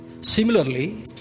similarly